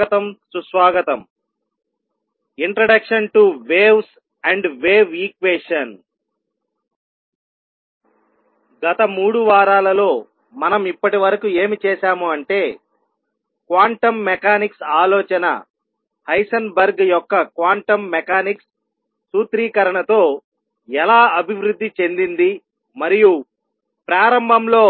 గత 3 వారాలలో మనం ఇప్పటివరకు ఏమి చేసాము అంటే క్వాంటం మెకానిక్స్ ఆలోచన హైసెన్బర్గ్ యొక్క క్వాంటం మెకానిక్స్ సూత్రీకరణతో ఎలా అభివృద్ధి చెందింది మరియు ప్రారంభంలో